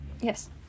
Yes